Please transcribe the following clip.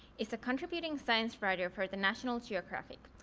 is a contributing science writer for the national geographic,